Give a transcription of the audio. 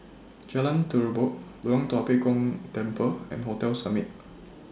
Jalan Terubok Loyang Tua Pek Kong Temple and Hotel Summit